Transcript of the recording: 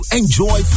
enjoy